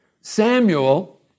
Samuel